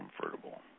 comfortable